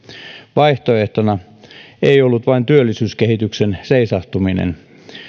vaihtoehtona ei ollut vain työllisyyskehityksen seisahtuminen